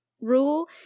rule